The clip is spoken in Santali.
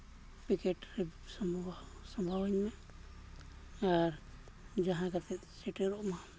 ᱯᱮᱠᱮᱴ ᱨᱮ ᱥᱟᱸᱵᱟᱣ ᱥᱟᱸᱵᱟᱣᱟᱹᱧ ᱢᱮ ᱟᱨ ᱡᱟᱦᱟᱸ ᱠᱟᱛᱮᱫ ᱥᱮᱴᱮᱨᱚᱜᱼᱢᱟ